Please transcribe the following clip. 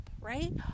Right